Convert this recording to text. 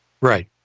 Right